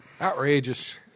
Outrageous